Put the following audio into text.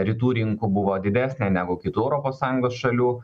rytų rinkų buvo didesnė negu kitų europos sąjungos šalių